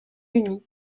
unis